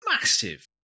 massive